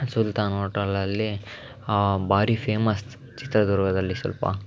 ಸುಲ್ತಾನ್ ಹೋಟಲ್ಲಲ್ಲಿ ಭಾರಿ ಫೇಮಸ್ ಚಿತ್ರದುರ್ಗದಲ್ಲಿ ಸ್ವಲ್ಪ